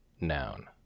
Noun